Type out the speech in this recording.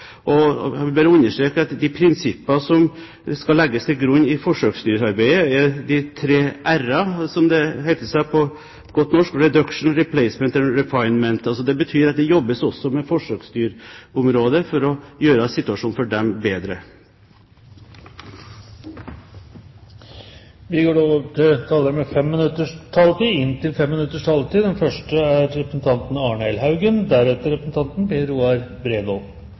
vil jeg bare understreke at det er opprettet en alternativ plattform ved bruk av dyr i forsøk. Jeg vil bare understreke at de prinsippene som skal legges til grunn i forsøksdyrarbeidet, er de tre R-ene – som det heter på godt norsk – «reduction, replacement and refinement». Det betyr at det også jobbes med forsøksdyrområdet for å gjøre situasjonen bedre for disse dyrene. Dyrevelferd er